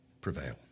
prevail